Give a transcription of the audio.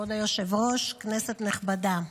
כבוד היושב-ראש, כנסת נכבדה,